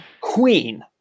queen